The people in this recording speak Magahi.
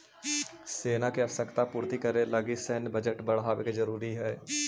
सेना के आवश्यकता पूर्ति करे लगी सैन्य बजट बढ़ावे के जरूरी हई